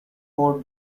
four